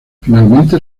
finalmente